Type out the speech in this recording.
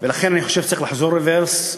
ולכן אני חושב שצריך לחזור ברוורס,